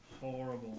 Horrible